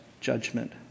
judgment